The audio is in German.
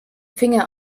finger